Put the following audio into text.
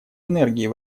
энергии